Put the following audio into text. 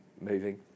moving